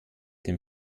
dem